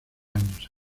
años